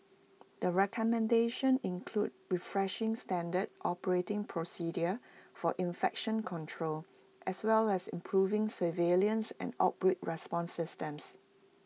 the recommendations include refreshing standard operating procedures for infection control as well as improving surveillance and outbreak response systems